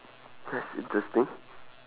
that's interesting